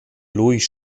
louis